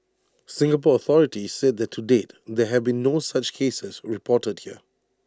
Singapore authorities said that to date there have been no such cases reported here